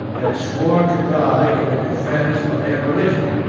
and swore to die in the defence of their religion.